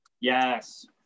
Yes